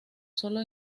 solo